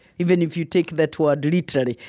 even if you take that word literally,